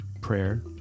prayer